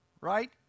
right